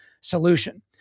solution